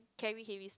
carry heavy stuff